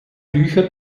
büchern